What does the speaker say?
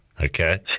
Okay